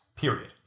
period